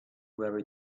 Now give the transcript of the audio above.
where